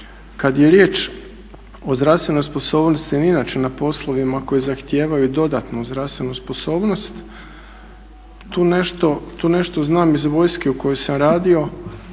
Kad je riječ o zdravstvenoj sposobnosti inače na poslovima koji zahtijevaju dodatnu zdravstvenu sposobnost tu nešto znam iz vojske u kojoj sam radio